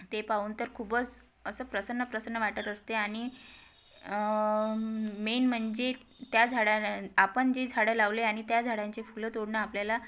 ते पाहून तर खूपच असं प्रसन्न प्रसन्न वाटत असते आणि मेन म्हणजे त्या झाडां आपण जे झाडं लावले आणि त्या झाडांचे फुलं तोडणं आपल्याला